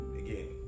again